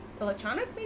Electronic